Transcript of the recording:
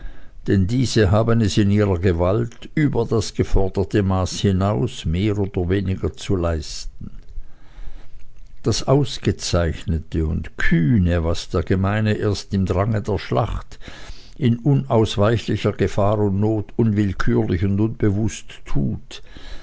denn diese haben es in ihrer gewalt über das geforderte maß hinaus mehr oder weniger zu leisten das ausgezeichnete und kühne was der gemeine erst im drange der schlacht in unausweichlicher gefahr und not unwillkürlich und unbewußt tut